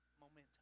momentum